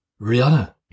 Rihanna